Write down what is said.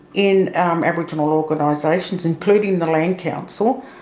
in aboriginal organisations, including the land council,